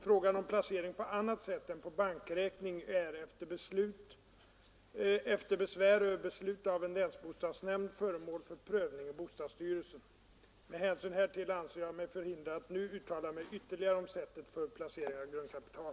Frågan om placering på annat sätt än på bankräkning är, efter besvär över beslut av en länsbostadsnämnd, föremål för prövning i bostadsstyrelsen. Med hänsyn härtill anser jag mig förhindrad att nu uttala mig ytterligare om sättet för placering av grundkapital.